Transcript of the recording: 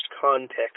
context